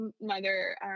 mother